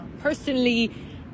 Personally